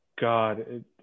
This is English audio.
God